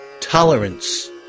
tolerance